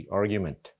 argument